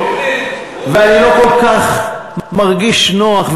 ואני לא כל כך מרגיש נוח,